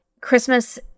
Christmas